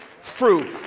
fruit